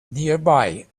nearby